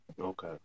Okay